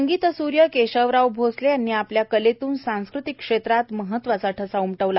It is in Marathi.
संगीतस्र्य केशवराव भोसले यांनी आपल्या कलेतृन सांस्कृतिक क्षेत्रात महत्वाचा ठसा उमटविला